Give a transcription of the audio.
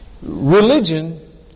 religion